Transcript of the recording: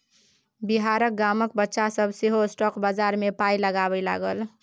बिहारक गामक बच्चा सभ सेहो स्टॉक बजार मे पाय लगबै लागल